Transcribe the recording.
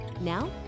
now